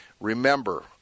Remember